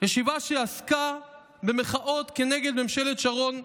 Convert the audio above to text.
ישיבה שעסקה במחאות כנגד ממשלת שרון,